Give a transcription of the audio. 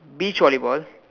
beach volleyball